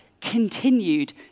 continued